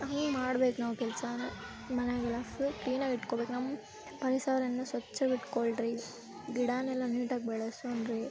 ಹಂಗೆ ಮಾಡ್ಬೇಕು ನಾವು ಕೆಲಸಾನ ಮನೇಗೆಲ್ಲ ಫುಲ್ ಕ್ಲೀನಾಗಿ ಇಟ್ಕೊಬೇಕು ನಮ್ಮ ಪರಿಸರವನ್ನ ಸ್ವಚ್ಛಾಗಿಟ್ಕೊಳ್ರಿ ಗಿಡಾನೆಲ್ಲ ನೀಟಾಗಿ ಬೆಳೆಸೋಣ್ರೀ